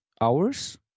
hours